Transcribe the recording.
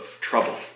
trouble